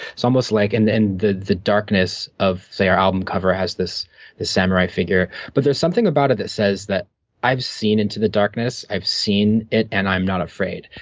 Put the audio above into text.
it's almost like, and and the the darkness of their album cover has this this samurai figure, but there's something about it that says, i've seen into the darkness, i've seen it, and i'm not afraid.